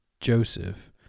Joseph